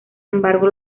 embargo